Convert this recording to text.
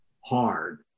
hard